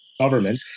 government